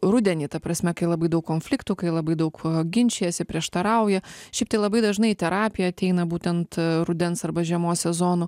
rudenį ta prasme kai labai daug konfliktų kai labai daug ginčijasi prieštarauja šiaip tai labai dažnai į terapiją ateina būtent rudens arba žiemos sezonu